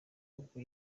ubwo